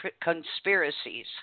conspiracies